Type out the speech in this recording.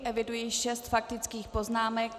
Eviduji šest faktických poznámek.